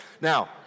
Now